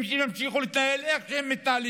אם הם ימשיכו להתנהל איך שהם מתנהלים,